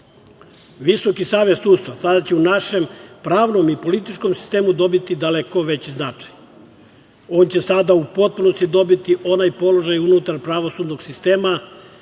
odluka. Visoki savet sudstva sada će u našem pravnom i političkom sistemu dobiti daleko veći značaj. On će sada u potpunosti dobiti onaj položaj unutar pravosudnog sistema